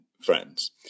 friends